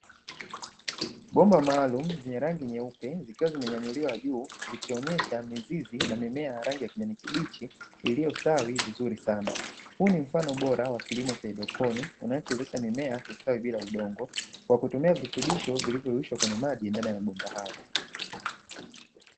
Bomba maalumu zenye rangi nyeupe zikiwa zimenyanyuliwa juu, zikionyesha mizizi na mimea yenye rangi ya kijani kibichi, iliyo stawi vizuri sana. Huu ni mfano bora wa kilimo cha haidroponi, kinachowezesha mimea kustawi bila udongo kwa kutumia virutubisho vilivyoyeyushwa kweye maji ndani ya mabomba hayo.